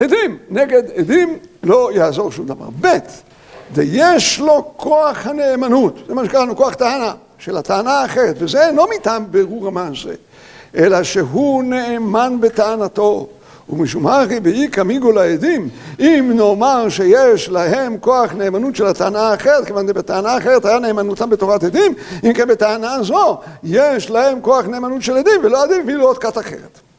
עדים. נגד עדים לא יעזור שום דבר. ב' זה יש לו כוח הנאמנות. זה מה שקראים לו כוח טענה, של הטענה אחרת וזה לא מטעם בירור המעשה. אלא שהוא נאמן בטענתו. ומשומר כי באי כמיגו לעדים, אם נאמר שיש להם כוח נאמנות של הטענה אחרת כיוון שבטענה אחרת היה נאמנותם בטובת עדים, אם כן, בטענה הזו יש להם כוח נאמנות של עדים ולא עדים בלי לראות כת אחרת.